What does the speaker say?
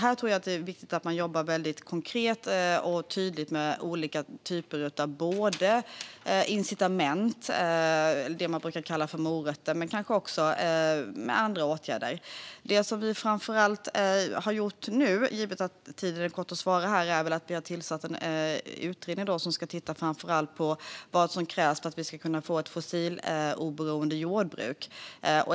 Här tror jag att det är viktigt att man jobbar väldigt konkret och tydligt med olika typer av incitament, det man brukar kalla för morötter, men kanske också med andra åtgärder. Det som vi framför allt har gjort nu - givet att jag har kort tid på mig att svara - är att vi har tillsatt en utredning som ska titta framför allt på vad som krävs för att vi ska få ett fossiloberoende jordbruk.